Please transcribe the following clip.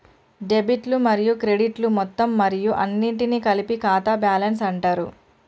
డెబిట్లు మరియు క్రెడిట్లు మొత్తం మరియు అన్నింటినీ కలిపి ఖాతా బ్యాలెన్స్ అంటరు